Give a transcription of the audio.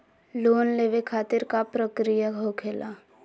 Loan लेवे खातिर का का प्रक्रिया होखेला?